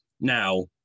now